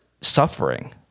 suffering